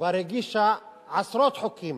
כבר הגישה עשרות חוקים